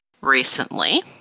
recently